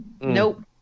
Nope